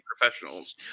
professionals